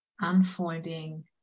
unfolding